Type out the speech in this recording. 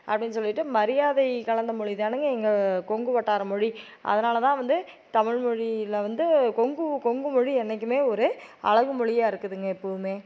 அப்படின்னு சொல்லிட்டு மரியாதை கலந்த மொழி தானுங்க எங்கள் கொங்கு வட்டார மொழி அதனால தான் வந்து தமிழ்மொழியில் வந்து கொங்கு கொங்கு மொழி என்னைக்குமே ஒரு அழகு மொழியா இருக்குதுங்க எப்பவும்